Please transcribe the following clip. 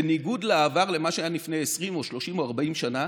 בניגוד לעבר, למה שהיה לפני 20 או 30 או 40 שנה,